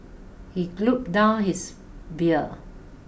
he gulped down his beer